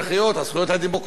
הזכויות הדמוקרטיות,